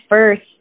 first